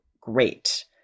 great